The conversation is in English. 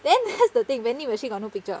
then that's the thing vending machine got no picture